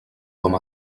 com